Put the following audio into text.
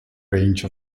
range